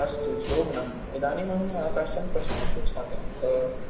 अस्तु शोभनं इदानीम् अहं काञ्चन प्रश्नान् पृच्छामि